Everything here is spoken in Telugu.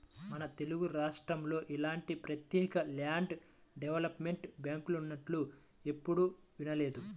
మన తెలుగురాష్ట్రాల్లో ఇలాంటి ప్రత్యేక ల్యాండ్ డెవలప్మెంట్ బ్యాంకులున్నట్లు ఎప్పుడూ వినలేదు